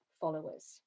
followers